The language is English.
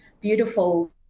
beautiful